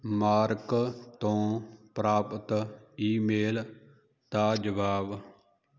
mark ਤੋਂ ਪ੍ਰਾਪਤ email ਦਾ ਜਵਾਬ